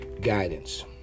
guidance